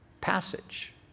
passage